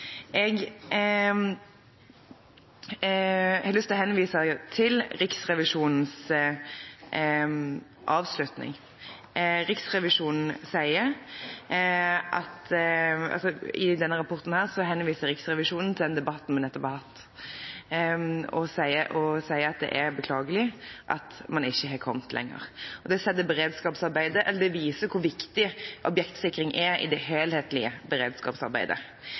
Jeg har lyst til å henvise til Riksrevisjonens avslutning. I rapporten henviser Riksrevisjonen til den debatten vi nettopp har hatt, og sier det er beklagelig at man ikke har kommet lenger. Det viser hvor viktig objektsikring er i det helhetlige beredskapsarbeidet.